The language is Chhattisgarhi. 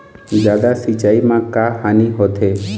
जादा सिचाई म का हानी होथे?